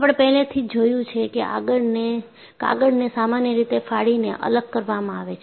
આપણે પહેલેથી જ જોયું છે કે કાગળને સામાન્ય રીતે ફાડીને અલગ કરવામાં આવે છે